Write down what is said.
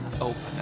open